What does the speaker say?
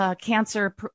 cancer